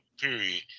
Period